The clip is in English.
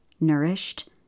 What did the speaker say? nourished